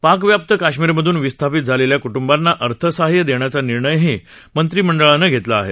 पाकव्याप्त काश्मीरमधून विस्थापित झालेल्या क्प्ंबांना अर्थसहाय्य देण्याचा निर्णयही मंत्रिमंडळानं घेतला आहे